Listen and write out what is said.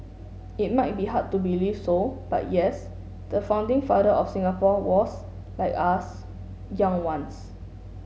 it might be hard to believe so but yes the founding father of Singapore was like us young once